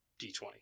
D20